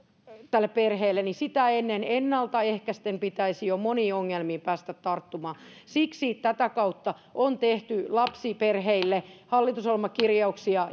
tälle perheelle niin sitä ennen ennalta ehkäisten pitäisi jo moniin ongelmiin päästä tarttumaan siksi tätä kautta on tehty lapsiperheille hallitusohjelmakirjauksia